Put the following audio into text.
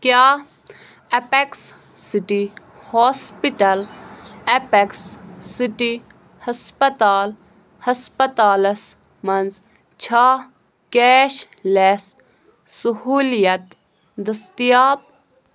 کیٛاہ Apex City Hospital Apex City ہسپتال ہسپتالَس منٛز چھا کیش لیس صحولیت دٔستیاب